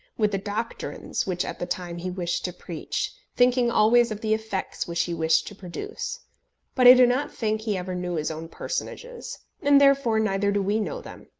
with the doctrines which at the time he wished to preach, thinking always of the effects which he wished to produce but i do not think he ever knew his own personages and therefore neither do we know them.